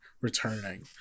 returning